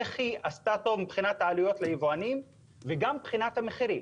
איך היא עשתה טוב מבחינת העלויות ליבואנים וגם מבחינת המחירים.